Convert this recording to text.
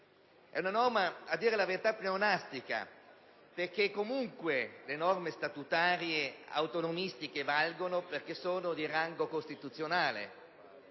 È una norma, per la verità, pleonastica, perché comunque le norme statutarie autonomistiche valgono perché sono di rango costituzionale.